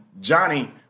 Johnny